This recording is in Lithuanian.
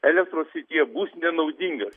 elektros srityje bus nenaudingas